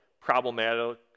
problematic